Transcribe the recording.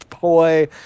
boy